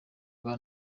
bwa